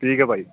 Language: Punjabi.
ਠੀਕ ਹੈ ਭਾਅ ਜੀ